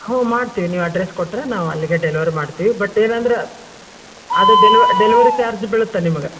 ಹ್ಞೂ ಮಾಡ್ತೀವಿ ನೀವು ಅಡ್ರೆಸ್ ಕೊಟ್ರೆ ನಾವು ಅಲ್ಲಿಗೆ ಡೆಲ್ವರ್ ಮಾಡ್ತೀವಿ ಬಟ್ ಏನಂದ್ರೆ ಅದು ಡೆಲ್ವ ಡೆಲ್ವರಿ ಡೆಲಿವರಿ ಚಾರ್ಜ್ ಬೀಳುತ್ತೆ ನಿಮ್ಗೆ